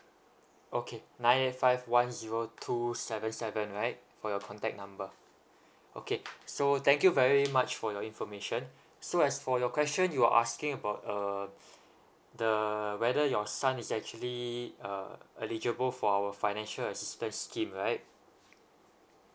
okay nine eight five one zero two seven seven right for your contact number okay so thank you very much for your information so as for your question you're asking about uh the whether your son is actually uh eligible for our financial assistance scheme right